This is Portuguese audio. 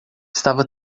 estava